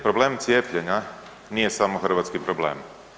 Problem cijepljenja nije samo hrvatski problem.